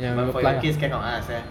and but for your case cannot ah sia